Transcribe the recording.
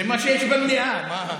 זה מה שיש במליאה, מה?